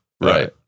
Right